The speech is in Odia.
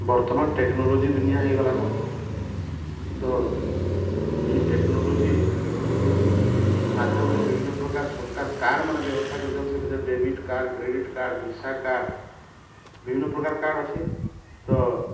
ବର୍ତ୍ତମାନ ଟେକ୍ନୋଲୋଜି ଦୁନିଆ ହେଇଗଲାନ ତ ଏ ଟେକ୍ନୋଲୋଜି ମାଧ୍ୟମରେ ବିଭିନ୍ୟ ପ୍ରକାର ସରକାର କାର୍ଡ଼ମାନ ବ୍ୟବସ୍ତା କରିଛନ୍ତି ସେ ଭିତରେ debit card credit card visa card ବିଭିନ୍ୟ ପ୍ରକାର କାର୍ଡ଼ ଅଛି ତ